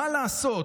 מה לעשות,